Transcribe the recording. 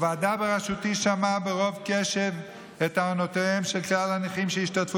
הוועדה בראשותי שמעה ברוב קשב את טענותיהם של כלל הנכים שהשתתפו